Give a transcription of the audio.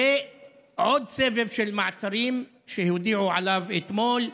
ועוד סבב של מעצרים שהודיעו עליו אתמול,